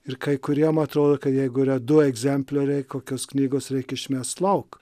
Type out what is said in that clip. ir kai kuriem atrodo kad jeigu yra du egzemplioriai kokios knygos reik išmest lauk